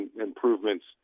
improvements